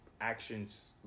actions